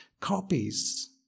copies